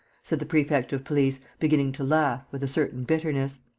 said the prefect of police, beginning to laugh, with a certain bitterness.